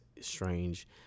strange